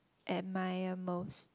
admire most